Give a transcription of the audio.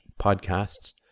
podcasts